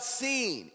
seen